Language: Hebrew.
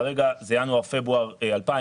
כרגע זה ינואר-פברואר 2019,